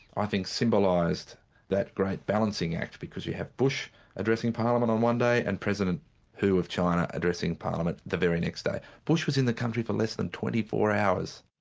i think symbolised that great balancing act, because you have bush addressing parliament on one day and president president hu of china addressing parliament the very next day. bush was in the country for less than twenty four hours.